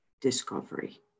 discovery